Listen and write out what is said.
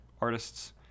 artists